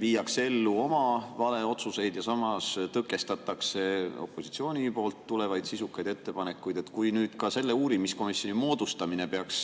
viiakse ellu oma valeotsuseid ja samas tõkestatakse opositsioonist tulevaid sisukaid ettepanekuid. Kui nüüd ka selle uurimiskomisjoni moodustamine peaks